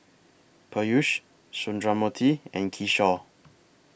Peyush Sundramoorthy and Kishore